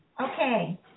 Okay